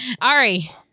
Ari